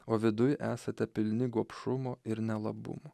o viduj esate pilni gobšumo ir nelabumo